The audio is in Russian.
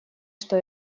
что